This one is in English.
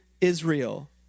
Israel